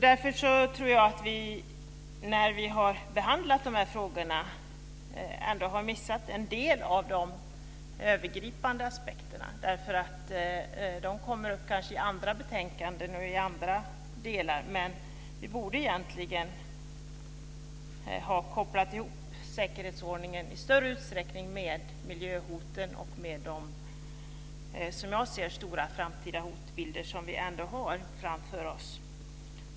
Därför tror jag att vi när vi har behandlat de här frågorna ändå har missat en del av de övergripande aspekterna. De kommer kanske upp i andra betänkanden och i andra delar, men vi borde egentligen ha kopplat ihop säkerhetsordningen i större utsträckning med miljöhoten och med de, som jag ser det, stora framtida hotbilder som vi har framför oss.